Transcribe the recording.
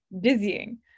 dizzying